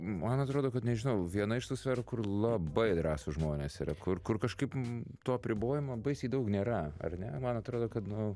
man atrodo kad nežinau viena iš tų sferų kur labai drąsūs žmonės yra kur kur kažkaip tų apribojimų baisiai daug nėra ar ne man atrodo kad nu